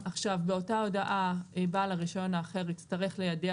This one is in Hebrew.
באותה הודעה בעל הרישיון האחר יצטרך ליידע